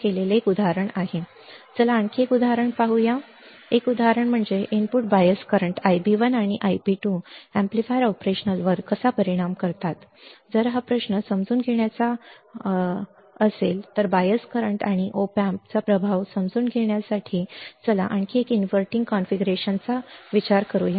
चला आणखी एक उदाहरण पाहू आपण आणखी एक उदाहरण पाहू आणि उदाहरण म्हणजे इनपुट बायस करंट्स Ib1 आणि Ib2 एम्पलीफायर ऑपरेशनवर कसा परिणाम करतात जर हा प्रश्न समजून घेण्याचा अधिकार असेल बायस करंट आणि ऑप एम्पचा प्रभाव समजून घेण्यासाठी चला एक इन्व्हर्टिंग कॉन्फिगरेशन विचारात घेऊया